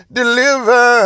deliver